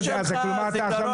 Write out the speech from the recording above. אתה עכשיו